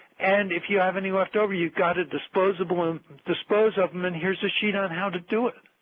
and if you have any leftovers, you've got to dispose of dispose of them, and here is a sheet on how to do it.